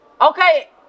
okay